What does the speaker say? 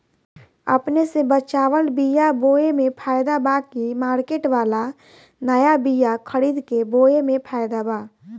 अपने से बचवाल बीया बोये मे फायदा बा की मार्केट वाला नया बीया खरीद के बोये मे फायदा बा?